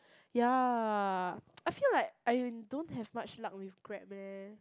ya I feel like I don't have much luck with Grab leh